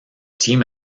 team